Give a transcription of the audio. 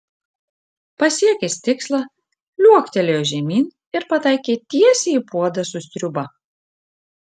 pasiekęs tikslą liuoktelėjo žemyn ir pataikė tiesiai į puodą su sriuba